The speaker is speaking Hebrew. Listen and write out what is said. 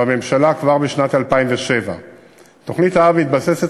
בממשלה כבר בשנת 2007. תוכנית האב מתבססת